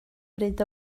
bryd